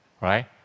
Right